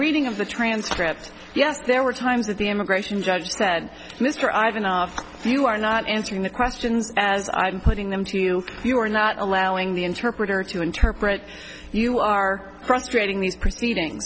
reading of the transcript yes there were times that the immigration judge said mr i have enough if you are not answering the questions as i'm putting them to you you are not allowing the interpreter to interpret you are frustrating these proceedings